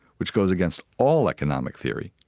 which goes against all economic theory,